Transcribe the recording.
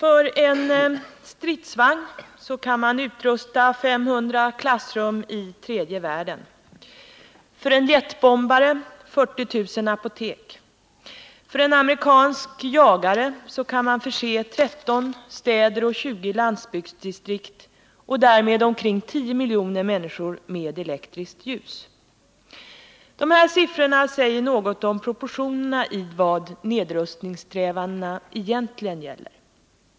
För en stridsvagn kan man utrusta 500 klassrum i tredje världen, för en jetbombare 40 000 apotek, för en amerikansk jagare kan man förse 13 städer och 20 landsbygdsdistrikt och därmed omkring 20 miljoner Dessa siffror säger något om proportionerna i vad nedrustningssträvandena egentligen gäller.